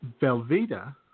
Velveeta